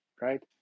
right